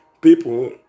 People